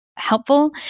helpful